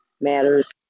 matters